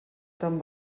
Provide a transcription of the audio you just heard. tan